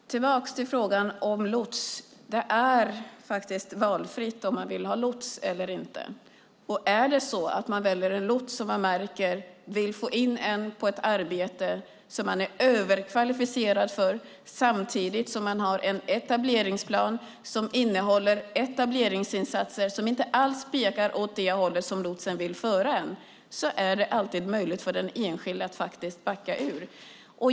Fru talman! Tillbaka till frågan om lots: Det är valfritt om man vill ha lots eller inte. Väljer man en lots som man märker vill få in en på ett arbete som man är överkvalificerad för samtidigt som man har en etableringsplan som innehåller etableringsinsatser som inte alls pekar åt det håll som lotsen vill föra en är det alltid möjligt för den enskilde att backa ur.